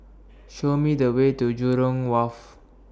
Show Me The Way to Jurong Wharf